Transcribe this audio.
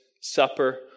supper